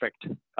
perfect